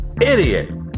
idiot